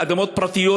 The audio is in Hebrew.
באדמות פרטיות,